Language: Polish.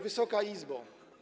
Wysoka Izbo!